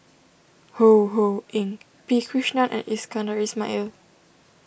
Ho Ho Ying P Krishnan and Iskandar Ismail